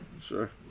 sure